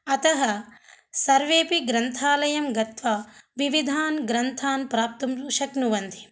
अतः सर्वेऽपि ग्रन्थालयं गत्वा विविधान् ग्रन्थान् प्राप्तुं शक्नुवन्ति